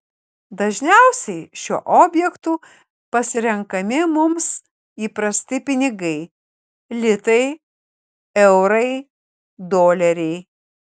dažniausiai šiuo objektu pasirenkami mums įprasti pinigai litai eurai doleriai